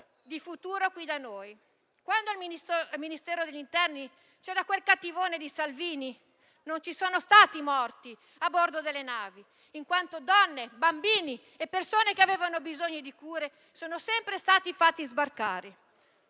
di futuro qui da noi. Quando al Ministero dell'interno c'era quel cattivone di Salvini non ci sono stati morti a bordo delle navi, in quanto donne, bambini e persone che avevano bisogno di cure sono sempre stati fatti sbarcare.